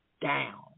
down